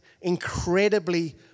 incredibly